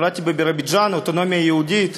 נולדתי בבירוביג'ן, אוטונומיה יהודית,